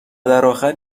درآخر